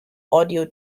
audio